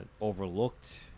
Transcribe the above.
overlooked